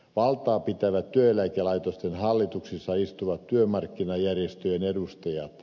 valtaa pitävät työeläkelaitosten hallituksissa istuvat työmarkkinajärjestöjen edustajat